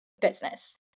business